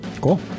cool